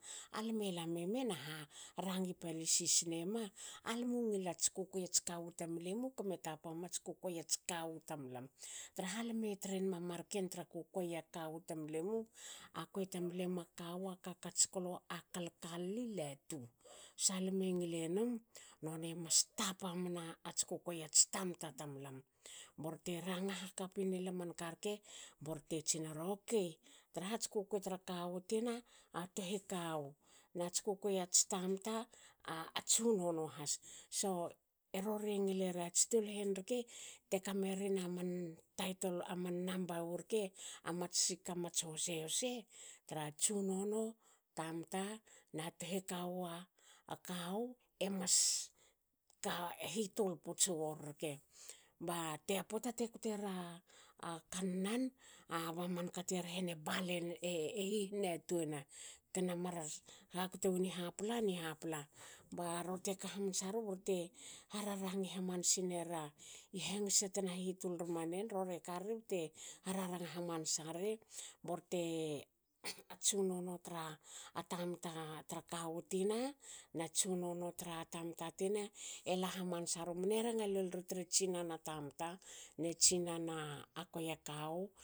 Alame lame me na rangi palisisi snema almu ngilats kukuei ats kawu tamilimu kme tapa miats kukuei ats kawu tamlam traha lame trenma marken tra kukuei a kawu tamlimu. a kuei tamlinua kakats klo a kal kalli latu sa lame ngilenum nonie mas tapa mna ats kukuei ats tamta tamlam. Borte ranga haka pinela man ka rke borte tsinera okei. tarhats kukuei tra kawu tina a tohe kawu. nats kukuei ats tamta a tsunono has. so a rorie ngilere ats tol henrke te takemerin a man taitol a man namba wu rke. amatsi ka mats husehuse tra tsunono tamta na tohe kawua kawu emas ka hitul puts wor rke. Ba te pota te ktera kannan ba manka te rhene hihinatuena tna mar hakto wni hapla ni hapla. ba rorte kahamansa ru ba rorte rarangi hamansa nerua i hangse tena hitul rumanen rorie kari bte ha raranga hamansari borte a tsunono tra a tamta tra kawu tina na tsunono tra tamta tina. ela hmansa ru mne ranga lol ru tre tsinana a tamta ne tsinana a kuei a kawu